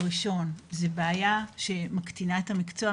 ראשון זו בעיה שמקטינה את המקצוע שלנו.